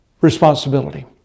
responsibility